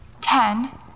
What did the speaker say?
ten